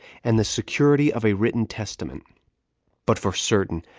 and the security of a written testament but, for certain,